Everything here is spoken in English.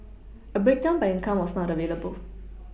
a breakdown by income was not available